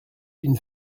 une